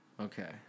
Okay